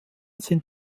sind